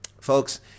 folks